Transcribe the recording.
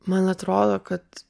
man atrodo kad